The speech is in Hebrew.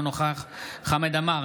אינו נוכח חמד עמאר,